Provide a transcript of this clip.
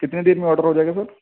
کتنے دیر میں آڈر ہو جائے گا سر